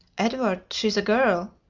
edward, she's a girl!